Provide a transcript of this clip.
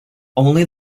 only